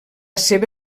seva